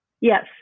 Yes